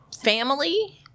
family